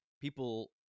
people